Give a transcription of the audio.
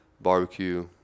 barbecue